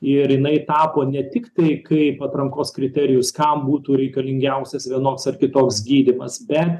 ir jinai tapo ne tik tai kaip atrankos kriterijus kam būtų reikalingiausias vienoks ar kitoks gydymas bet